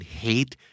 hate